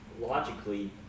logically